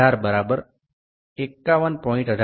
18 છે